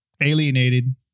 alienated